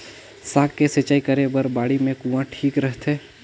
साग के सिंचाई करे बर बाड़ी मे कुआँ ठीक रहथे?